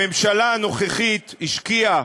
הממשלה הנוכחית השקיעה,